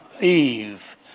Eve